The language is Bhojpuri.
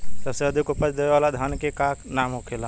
सबसे अधिक उपज देवे वाला धान के का नाम होखे ला?